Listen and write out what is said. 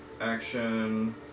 Action